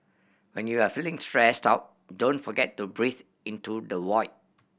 when you are feeling stressed out don't forget to breathe into the void